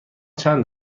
چند